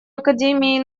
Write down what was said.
академии